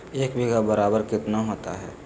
एक बीघा बराबर कितना होता है?